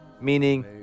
meaning